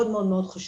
מאוד מאוד חשוב,